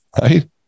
right